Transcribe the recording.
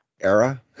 era